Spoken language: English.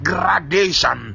Gradation